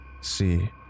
see